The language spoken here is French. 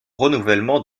renouvellement